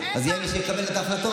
אז יהיה מי שיקבל את ההחלטות.